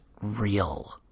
real